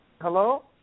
Hello